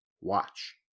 Watch